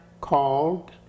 called